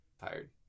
tired